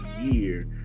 year